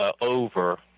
over